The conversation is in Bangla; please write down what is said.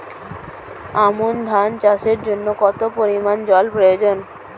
আমন ধান চাষের জন্য কত পরিমান জল এর প্রয়োজন?